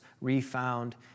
refound